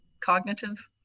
cognitive